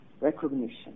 recognition